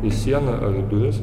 į sieną ar duris